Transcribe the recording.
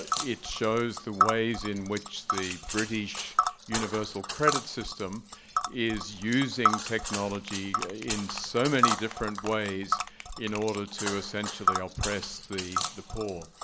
ah it shows the ways in which the british universal credit system is using technology in so many different ways in order to essentially oppress the the poor.